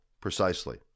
Precisely